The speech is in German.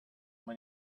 man